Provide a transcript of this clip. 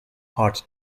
part